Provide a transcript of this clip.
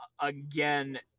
again